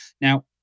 Now